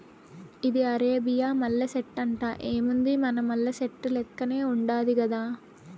ఇది అరేబియా మల్లె సెట్టంట, ఏముంది మన మల్లె సెట్టు లెక్కనే ఉండాది గదా